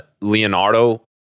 Leonardo